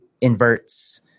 inverts